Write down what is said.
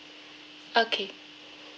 okay